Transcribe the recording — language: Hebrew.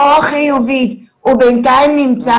הוא בינתיים נמצא